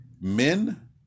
men